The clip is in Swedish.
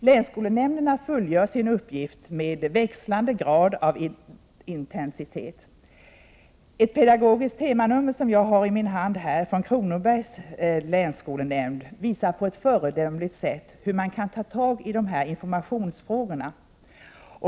Länsskolnämnderna fullgör sin uppgift med växlande grad av intensitet. Jag har här i min hand en skrift från länsskolnämnden i Kronobergs län. Det är ett pedagogiskt temanummer, och man visar på ett föredömligt sätt hur man kan arbeta med informationsfrågorna.